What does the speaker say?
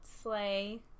sleigh